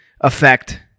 affect